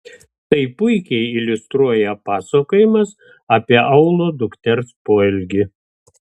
tai puikiai iliustruoja pasakojimas apie aulo dukters poelgį